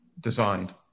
designed